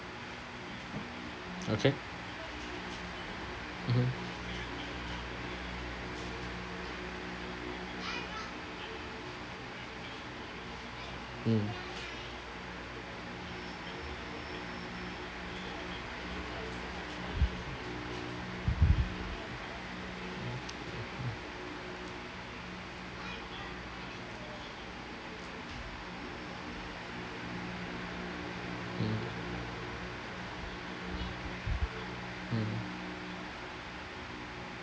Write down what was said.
okay cool mm mm mm